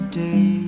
day